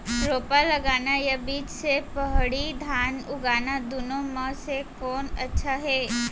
रोपा लगाना या बीज से पड़ही धान उगाना दुनो म से कोन अच्छा हे?